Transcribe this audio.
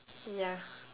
ya